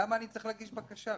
למה אני צריך להגיש בקשה?